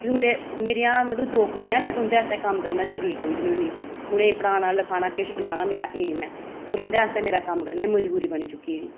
क्योंकि मेरियां मतलव दो कुड़ियां न में उं'दे आस्तै कम्म करना जरुरी समझनी होन्नी उ'नेंगी पढ़ाना लिखाना किश बनाना मेरा एम ऐ होर उं'दे आस्तै कम्म करना मेरी मजबूरी बनी चुक्की दी